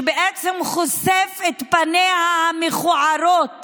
שחושף את פניה המכוערות